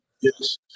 Yes